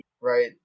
right